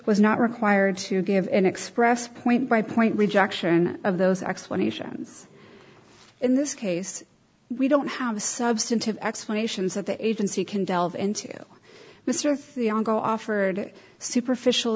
was not required to give an expressed point by point rejection of those explanations in this case we don't have a substantive explanations of the agency can delve into mr thiago offered superficial